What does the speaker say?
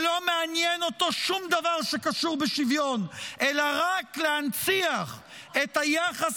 שלא מעניין אותו שום דבר שקשור בשוויון אלא רק להנציח את היחס